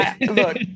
look